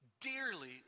dearly